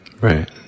Right